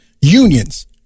unions